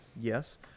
yes